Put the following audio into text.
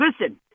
Listen